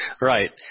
Right